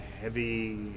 heavy